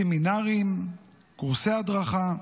סמינרים וקורסי הדרכה,